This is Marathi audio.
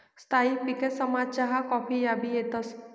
स्थायी पिकेसमा चहा काफी याबी येतंस